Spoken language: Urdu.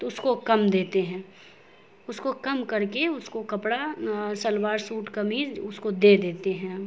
تو اس کو کم دیتے ہیں اس کو کم کر کے اس کو کپڑا سلوار سوٹ کمیض اس کو دے دیتے ہیں